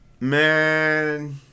Man